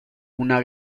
una